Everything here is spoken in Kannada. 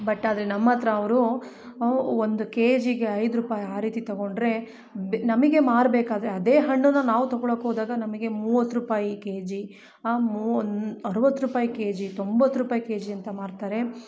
ಬಟ್ ಆದರೆ ನಮ್ಮಹತ್ರ ಅವರು ಒಂದು ಕೆ ಜಿಗೆ ಐದು ರೂಪಾಯಿ ಆ ರೀತಿ ತಗೊಂಡರೆ ನಮಗೆ ಮಾರಬೇಕಾದ್ರೆ ಅದೇ ಹಣ್ಣು ನಾವು ತಗೊಳ್ಳೊಕ್ ಹೋದಾಗ ನಮಗೆ ಮೂವತ್ತು ರೂಪಾಯಿ ಕೆಜಿ ಆ ಮು ಅರ್ವತ್ತು ರೂಪಾಯಿ ಕೆಜಿ ತೊಂಬತ್ತು ರೂಪಾಯಿ ಕೆಜಿ ಅಂತ ಮಾರ್ತಾರೆ